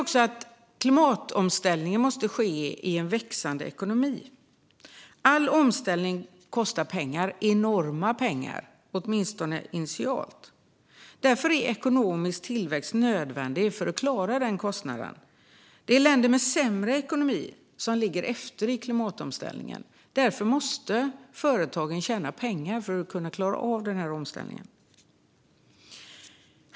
Klimatomställning måste ske i en växande ekonomi. All omställning kostar pengar - enorma pengar - åtminstone initialt. Därför är ekonomisk tillväxt nödvändig för att klara kostnaden. Det är länder med sämre ekonomi som ligger efter i klimatomställningen. Därför måste företagen tjäna pengar för att klara omställningen.